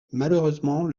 malheureusement